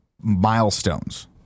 milestones